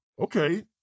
Okay